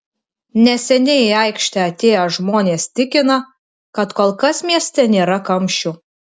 neseniai į aikštę atėję žmonės tikina kad kol kas mieste nėra kamščių